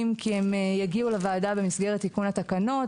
כי הם יגיעו לוועדה במסגרת תיקון התקנות,